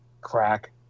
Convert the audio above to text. crack